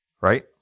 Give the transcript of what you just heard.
Right